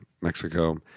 Mexico